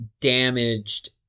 damaged